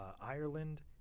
Ireland